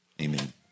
Amen